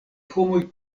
homoj